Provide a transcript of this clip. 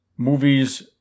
movies